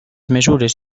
mesures